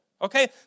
Okay